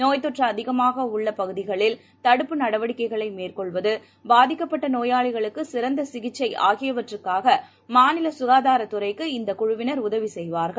நோய்த்தொற்று அதிகமாக உள்ள பகுதிகளில் தடுப்பு நடவடிக்கைகளை மேற்கொள்வது பாதிக்கப்பட்ட நோயாளிகளுக்கு சிறந்த சிகிச்சை ஆகியவற்றுக்காக மாநில சுகாதாரத்துறைக்கு இந்த குழுவினர் உதவி செப்வார்கள்